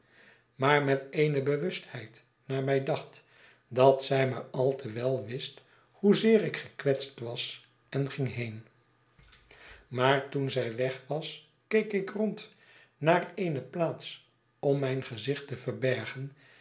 maar met eene bewustheid naar mij dacht dat zij maar al te wel wist hoezeer ik gekwetst was en ging heen maar toen zij weg was keek ik rond naar eene plaats om mijn gezicht te verbergen